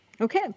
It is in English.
Okay